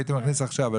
הייתי מכניס עכשיו.